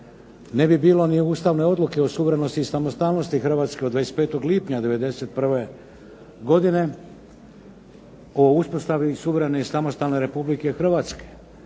Ne bi bilo ni ustavne odluke o suverenosti i samostalnosti Hrvatske od 25. lipnja '91. godine, o uspostavi suverene i samostalne Republike Hrvatske,